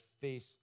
face